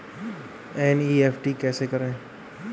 NEFT कैसे करें?